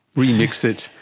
remix it,